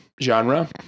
genre